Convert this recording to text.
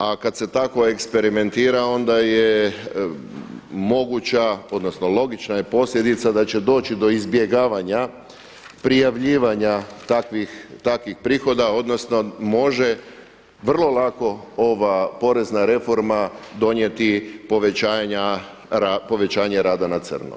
A kad se tako eksperimentira onda je moguća odnosno logična je posljedica da će doći do izbjegavanja prijavljivanja takvih prihoda odnosno može vrlo lako ova porezna reforma donijeti povećanje rada na crno.